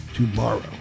tomorrow